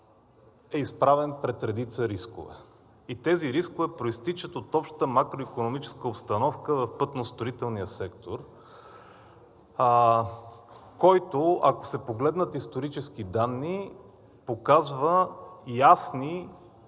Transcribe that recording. е изправен пред редица рискове и тези рискове произтичат от общата макроикономическа обстановка в пътностроителния сектор, който, ако се погледнат исторически данни, показва ясни